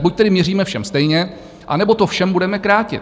Buď tedy měříme všem stejně, anebo to všem budeme krátit.